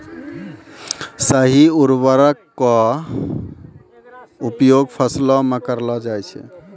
सही उर्वरको क उपयोग फसलो म करलो जाय छै